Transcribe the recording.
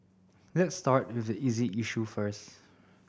let's start with the easy issue first